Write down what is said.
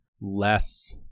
less